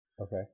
Okay